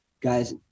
guys